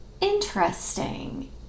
Interesting